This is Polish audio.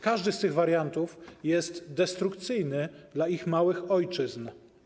Każdy z tych wariantów jest destrukcyjny dla ich małych ojczyzn.